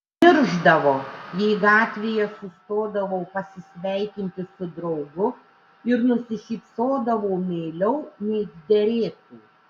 niršdavo jei gatvėje sustodavau pasisveikinti su draugu ir nusišypsodavau meiliau nei derėtų